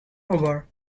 over